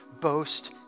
boast